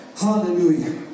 Hallelujah